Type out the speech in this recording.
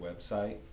website